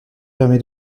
permet